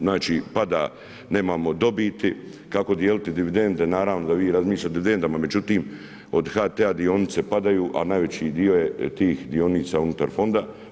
Znači pada, nemamo dobiti, kako dijeliti dividende naravno da vi razmišljate o dividendama, međutim, od HT dionica padaju, a najveći dio je tih dionica unutar fonda.